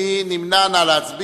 מי נמנע?